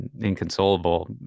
Inconsolable